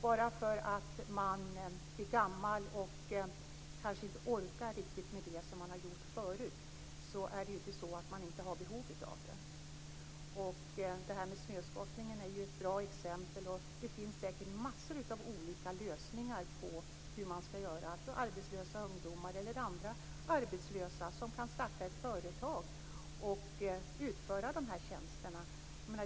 Bara för att man blir gammal och kanske inte riktigt orkar med det som man har gjort förut är det ju inte så att man inte har behov av det. Snöskottningen är ju ett bra exempel. Det finns massor av olika lösningar på hur man skall göra. Man kan t.ex. tänka sig arbetslösa ungdomar eller andra arbetslösa som kan starta ett företag och utföra de här tjänsterna.